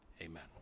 Amen